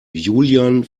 julian